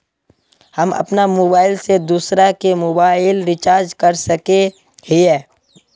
हम अपन मोबाईल से दूसरा के मोबाईल रिचार्ज कर सके हिये?